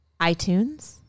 iTunes